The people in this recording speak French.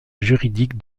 juridique